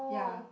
ya